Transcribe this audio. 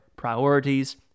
priorities